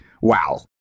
wow